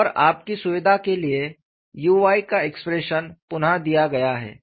और आपकी सुविधा के लिए u y का एक्सप्रेशन पुनः दिया गया है